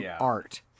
art